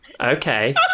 Okay